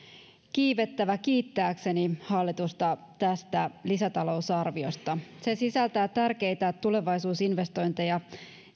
kiivettävä kiittääkseni hallitusta tästä lisätalousarviosta se sisältää tärkeitä tulevaisuusinvestointeja